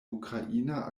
ukraina